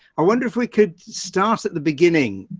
i wonder if we could start at the beginning,